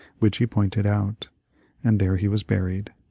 which he pointed out and there he was buried.